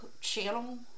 channel